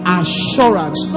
assurance